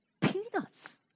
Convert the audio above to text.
peanuts